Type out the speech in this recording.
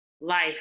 life